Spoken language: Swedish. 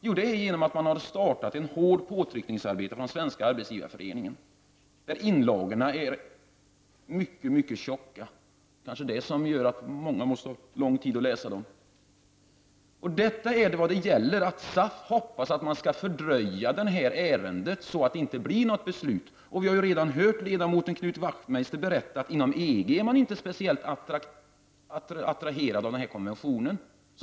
Jo, det beror på att Svenska arbetsgivareföreningen har startat ett hårt påtryckningsarbete. Inlagorna är mycket tjocka. Det är kanske det som gör att många behöver så lång tid på sig för att läsa dem. SAF hoppas att detta ärende skall fördröjas så att det inte blir något beslut. Vi har redan hört ledamoten Knut Wachtmeister berätta att man inom EG inte är speciellt attraherad av den här konventionen.